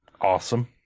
Awesome